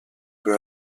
peu